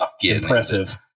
impressive